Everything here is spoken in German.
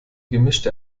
gemischte